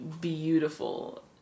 beautiful